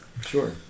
sure